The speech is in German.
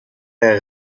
der